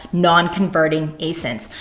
non-converting asins.